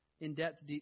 in-depth